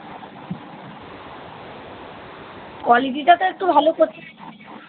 কোয়ালিটিটা তো একটু ভালো করতে